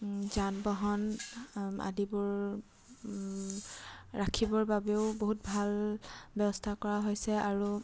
যান বাহন আদিবোৰ ৰাখিবৰ বাবেও বহুত ভাল ব্যৱস্থা কৰা হৈছে আৰু